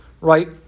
right